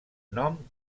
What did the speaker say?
nom